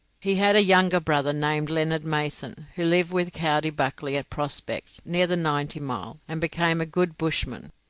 he had a younger brother named leonard mason, who lived with coady buckley at prospect, near the ninety-mile, and became a good bushman.